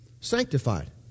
sanctified